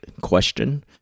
question